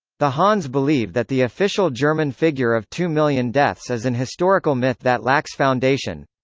the hahn's believe that the official german figure of two million deaths is an historical myth that lacks foundation.